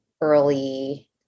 early